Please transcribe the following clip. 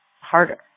harder